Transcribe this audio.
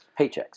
paychecks